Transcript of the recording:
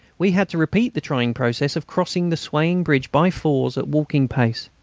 we had to repeat the trying process of crossing the swaying bridge by fours at walking pace.